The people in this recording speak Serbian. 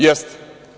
Jeste.